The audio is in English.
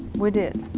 we did.